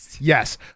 Yes